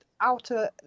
outer